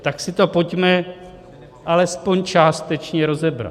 Tak si to pojďme alespoň částečně rozebrat.